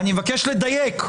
אני מבקש לדייק.